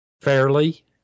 fairly